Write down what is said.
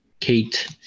Kate